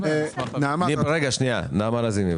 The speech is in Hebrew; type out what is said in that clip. נעמה לזימי.